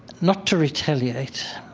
not to retaliate.